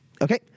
Okay